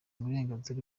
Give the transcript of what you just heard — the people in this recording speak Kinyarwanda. uburenganzira